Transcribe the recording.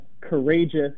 courageous